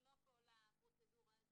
זה לא כל הפרוצדורה הזאת.